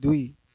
দুই